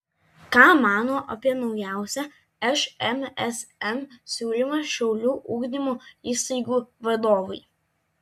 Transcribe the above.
ką mano apie naujausią šmsm siūlymą šiaulių ugdymo įstaigų vadovai